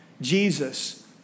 Jesus